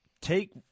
take